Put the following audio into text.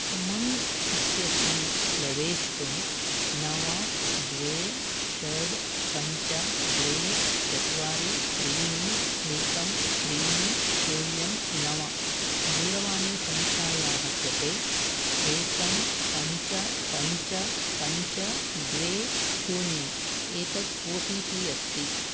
उमङ्ग् इत्यस्मिन् प्रवेष्टुं नव द्वे षट् पञ्च द्वे चत्वारि त्रीणि एकं त्रीणि शून्यं नव दूरवाणीसङ्ख्यायाः कृते एकं पञ्च पञ्च पञ्च द्वे शून्यं एतत् ओ टि पि अस्ति